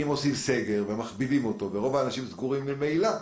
אם עושים סגר מכבידים אותו ורוב האנשים סגורים ממילא,